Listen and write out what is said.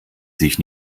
sich